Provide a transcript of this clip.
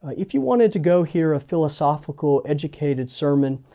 if you wanted to go hear a philosophical, educated sermon,